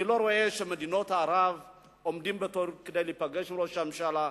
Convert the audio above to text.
אני לא רואה שמדינות ערב עומדות בתור כדי להיפגש עם ראש הממשלה,